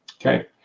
Okay